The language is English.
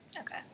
Okay